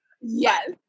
Yes